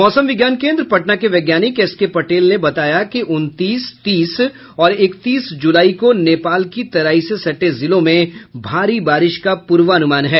मौसम विज्ञान केन्द्र पटना के वैज्ञानिक एस के पटेल ने बताया कि उनतीस तीस और इकतीस जुलाई को नेपाल की तराई से सटे जिलों में भारी बारिश का पूर्वानुमान है